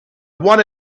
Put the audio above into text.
one